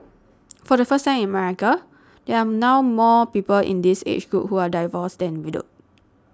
for the first time in America there are now more people in this age group who are divorced than widowed